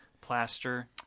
plaster